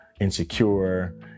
insecure